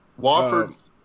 Wofford